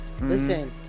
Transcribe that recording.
Listen